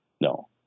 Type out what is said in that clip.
no